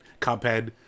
Cuphead